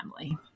family